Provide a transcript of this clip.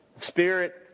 Spirit